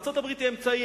ארצות-הברית היא אמצעי,